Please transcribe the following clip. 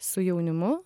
su jaunimu